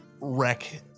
wreck